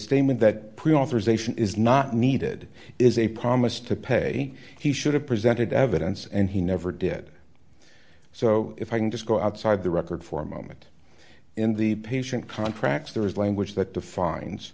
statement that pre authorization is not needed is a promise to pay he should have presented evidence and he never did so if i can just go outside the record for a moment in the patient contracts there is language that defines